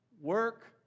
work